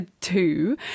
two